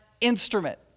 instrument